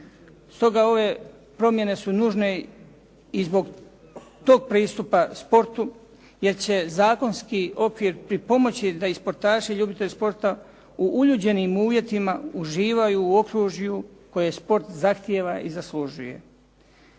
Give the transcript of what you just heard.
stoga ove promjene su nužne i zbog tog pristupa sportu jer će zakonski okvir pripomoći da i sportaši i ljubitelji sporta u uljuđenim uvjetima uživaju u okružju koje sport zahtijeva i zaslužuje.